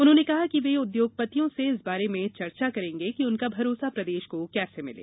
उन्होंने कहा कि वे उद्योगपतियों से इस बारे में चर्चा करेंगे कि उनका भरोसा प्रदेश को कैसे मिले